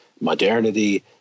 modernity